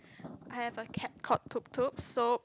I have a cat called Tuptup so